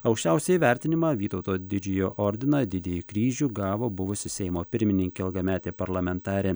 aukščiausią įvertinimą vytauto didžiojo ordino didįjį kryžių gavo buvusi seimo pirmininkė ilgametė parlamentarė